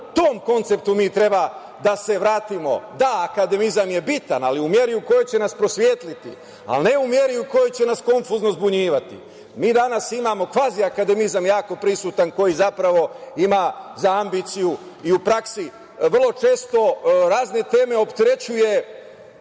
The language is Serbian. tom konceptu mi treba da se vratimo. Da, akademizam je bitan, ali u meri u kojoj će nas prosvetliti, ali ne u meri u kojoj će nas konfuzno zbunjivati. Mi danas imamo kvazi akademizam jako prisutan, koji zapravo ima za ambiciju i u praksi vrlo često razne teme opterećuje